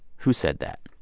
who said that?